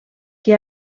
que